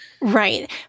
Right